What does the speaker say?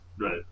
Right